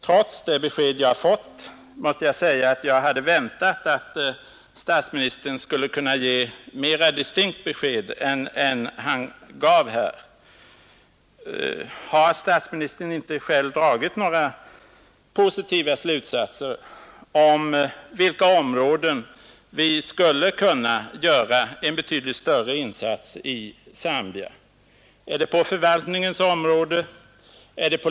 Trots det besked jag fått måste jag säga att jag hade väntat mig att statsministern skulle kunna ge ett mera distinkt svar än han gav här. Har statsministern inte själv dragit några positiva slutsatser? På vilka områden skulle vi kunna göra en betydligt större insats i Zambia? Förvaltningsområdet?